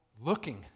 looking